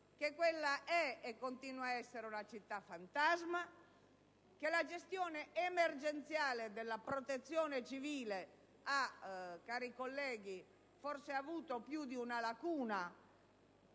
che quella è e continua ad essere una città fantasma, che la gestione emergenziale della Protezione civile ha forse avuto più di una lacuna,